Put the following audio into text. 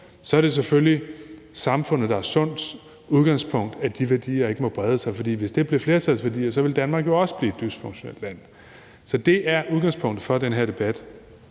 er det selvfølgelig udgangspunktet i det samfund, der er sundt, at de værdier ikke må brede sig, for hvis det blev flertallets værdier, ville Danmark jo også blive et dysfunktionelt land. Så det er udgangspunktet for den her debat.